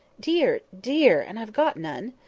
dear! dear! and i've got none.